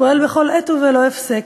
פועל בכל עת ובלא הפסק: